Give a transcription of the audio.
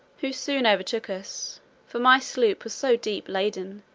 who soon overtook us for my sloop was so deep laden,